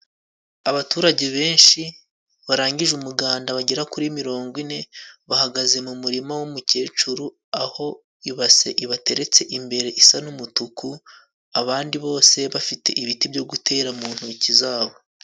Abaturage benshi barangije umuganda bagera kuri mirongo ine bahagaze mu murima w'umukecuru aho ibase ibateretse imbere isa n'umutuku abandi bose bafite ibiti byo gutera mu ntoki zabo.